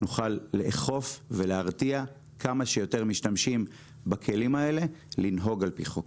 נוכל לאכוף ולהרתיע כמה שיותר משתמשים בכלים האלה לנהוג על פי חוק.